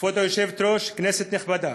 כבוד היושבת-ראש, כנסת נכבדה,